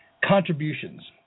Contributions